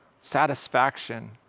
satisfaction